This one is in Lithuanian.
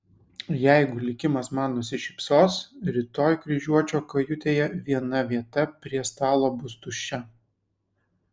jeigu likimas man nusišypsos rytoj kryžiuočio kajutėje viena vieta prie stalo bus tuščia